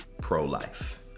pro-life